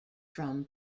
from